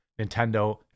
Nintendo